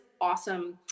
awesome